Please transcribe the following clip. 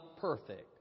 perfect